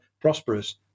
prosperous